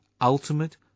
Ultimate